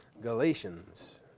Galatians